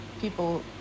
people